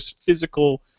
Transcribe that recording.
physical